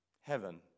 Heaven